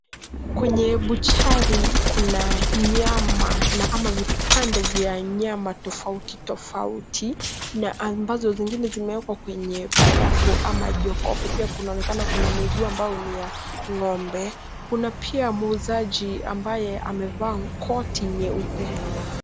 Kwenye buchari kuna nyama ama vipande vya nyama tofauti tofauti na ambazo zingine zimewekwa kwenye barafu ama jokofu. Pia kunaonekana kuna miguu ambayo ni ya ng'ombe. Kuna pia muuzaji ambaye amevaa koti nyeupe.